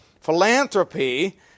philanthropy